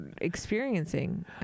experiencing